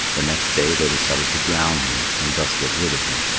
the next day they decided to drown him and thus get rid of him.